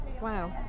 Wow